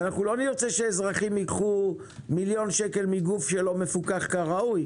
לא נרצה שאזרחים ייקחו מיליון שקל מגוף שלא מפוקח כראוי.